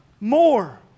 more